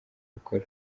bukuru